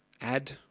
add